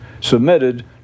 submitted